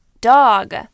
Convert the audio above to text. dog